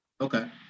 okay